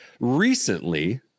Recently